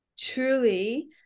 truly